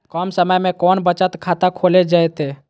कम समय में कौन बचत खाता खोले जयते?